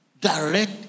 direct